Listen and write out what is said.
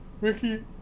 Ricky